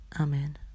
Amen